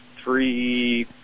three